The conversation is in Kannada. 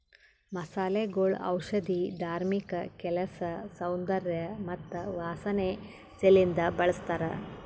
ಮಸಾಲೆಗೊಳ್ ಔಷಧಿ, ಧಾರ್ಮಿಕ ಕೆಲಸ, ಸೌಂದರ್ಯ ಮತ್ತ ವಾಸನೆ ಸಲೆಂದ್ ಬಳ್ಸತಾರ್